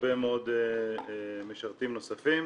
הרבה מאוד משרתים נוספים.